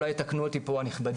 אולי יתקנו אותי פה הנכבדים,